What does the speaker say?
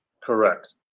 Correct